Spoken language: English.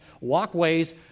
walkways